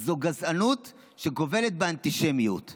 זה גזענות שגובלת באנטישמיות.